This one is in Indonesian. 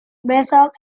besok